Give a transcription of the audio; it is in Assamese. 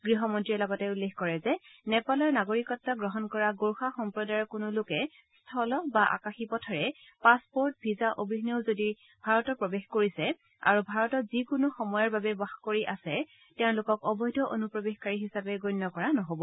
গৃহমন্ত্ৰীয়ে লগতে উল্লেখ কৰে যে নেপালৰ নাগৰিকত্ব গ্ৰহণ কৰা গোৰ্খা সম্প্ৰদায়ৰ কোনো লোকে স্থল বা আকাশী পথেৰে পাছপৰ্ট ভিছা অবিহনেও যদ ভাৰতত প্ৰৱেশ কৰিছে আৰু ভাৰতত যিকোনো সময়ৰ বাবে বাস কৰি আছে তেওঁলোকক অবৈধ অনুপ্ৰৱেশকাৰী হিচাপে গণ্য কৰা নহ'ব